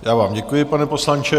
Já vám děkuji, pane poslanče.